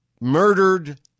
murdered